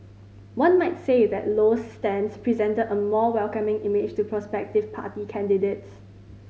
one might say that Low's stance presented a more welcoming image to prospective party candidates